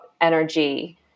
energy